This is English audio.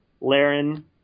Laren